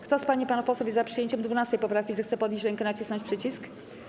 Kto z pań i panów posłów jest za przyjęciem 12. poprawki, zechce podnieść rękę i nacisnąć przycisk.